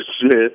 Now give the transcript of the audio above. Smith